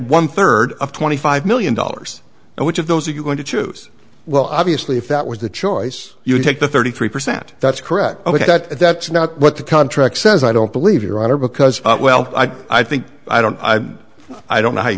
one third of twenty five million dollars and which of those are you going to choose well obviously if that was the choice you take the thirty three percent that's correct but that's not what the contract says i don't believe your honor because well i think i don't i don't know how you